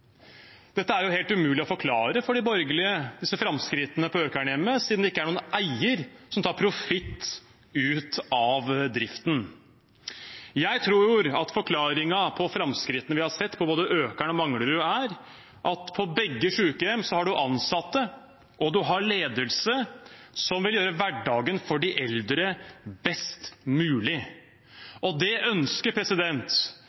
helt umulig å forklare for de borgerlige, siden det ikke er noen eier som tar profitt ut av driften. Jeg tror at forklaringen på framskrittene vi har sett på både Økernhjemmet og Manglerudhjemmet, er at på begge sykehjemmene har man ansatte og ledelse som vil gjøre hverdagen for de eldre best